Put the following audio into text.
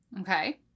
Okay